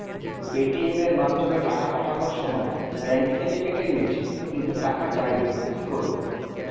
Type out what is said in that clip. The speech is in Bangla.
পেটিএম এর মাধ্যমে টাকা পাঠানোর সময় ব্যাংক থেকে কেটে নিয়েছে কিন্তু টাকা যায়নি কি করব?